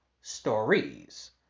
stories